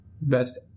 Best